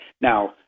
Now